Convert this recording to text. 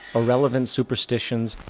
irrelevant superstitions,